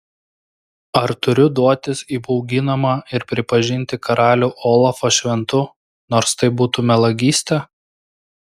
ar turiu duotis įbauginama ir pripažinti karalių olafą šventu nors tai būtų melagystė